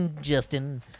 Justin